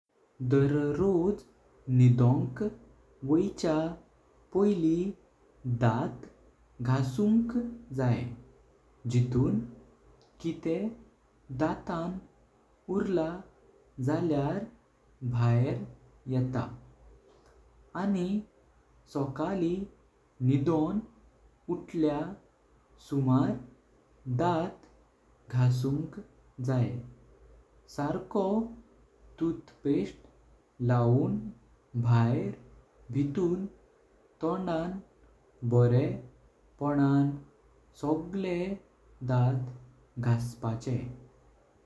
दर्रोझ निदोंक वयच्या पोईली दात घासुंक जायें जिथून कितें दातां उरलां ज़ाल्यार भायर येता। आनी सकाळी निदों उतल्या सुमार दात घासुंक जायें। सारखो टूथपेस्ट लाऊन भायर भीतून तोडन बोरें पणन सगळे दात घासपाचे।